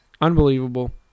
Unbelievable